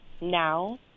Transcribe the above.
now